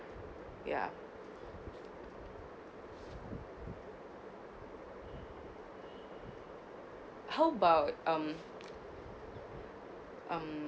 ya how about um